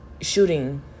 shooting